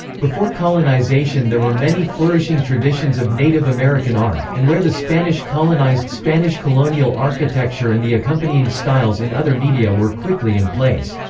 before colonization there were many flourishing traditions of native american art, and where the spanish colonized spanish colonial architecture and the accompanying styles in other media were quickly in place.